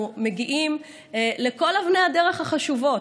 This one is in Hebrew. אנחנו מגיעים לכל אבני הדרך החשובות